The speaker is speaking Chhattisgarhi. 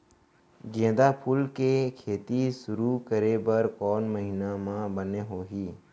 गेंदा फूल के खेती शुरू करे बर कौन महीना मा बने होही?